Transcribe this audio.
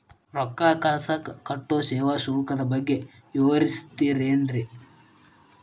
ರೊಕ್ಕ ಕಳಸಾಕ್ ಕಟ್ಟೋ ಸೇವಾ ಶುಲ್ಕದ ಬಗ್ಗೆ ವಿವರಿಸ್ತಿರೇನ್ರಿ?